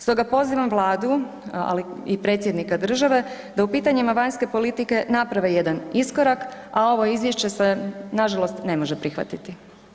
Stoga pozivam vladu, ali i predsjednika države da u pitanjima vanjske politike naprave jedan iskorak, a ovo izvješće se nažalost ne može prihvatiti.